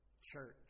church